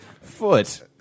foot